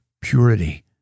Purity